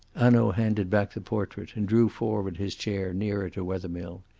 hanaud handed back the portrait and drew forward his chair nearer to wethermill.